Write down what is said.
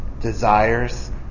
desires